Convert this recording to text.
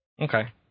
Okay